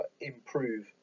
improve